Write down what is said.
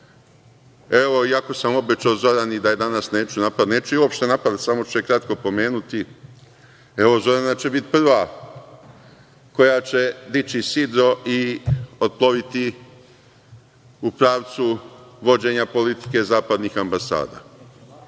Evo, iako sam obećao Zorani da je danas neću napadati, neću je uopšte napadati samo ću je kratko pomenuti, evo, Zorana će biti prva koja će dići sidro i otploviti u pravcu vođenja politike zapadnih ambasada,